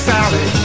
Sally